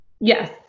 Yes